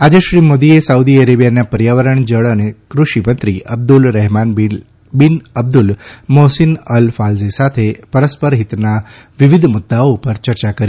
આજે શ્રી મોદીએ સાઉદી અરેબિયાના પર્યાવરણ જળ અને દૃષિ મંત્રી Abdul Rahman bin Abdul Mohsin Al Fazli સાથે પરસ્પર હિતના વિવિધ મુદ્દાઓ ઉપર ચર્ચા કરી